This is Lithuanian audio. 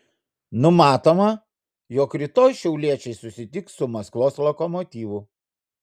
numatoma jog rytoj šiauliečiai susitiks su maskvos lokomotyvu